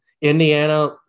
Indiana